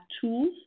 tools